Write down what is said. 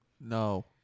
No